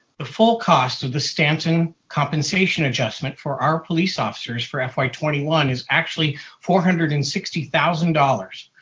the full cost of the stanton compensation adjustment for our police officers for fy twenty one is actually four hundred and sixty thousand dollars.